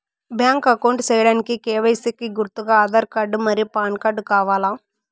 Bank account సేయడానికి KYC కి గుర్తుగా ఆధార్ కార్డ్ మరియు పాన్ కార్డ్ కావాలా?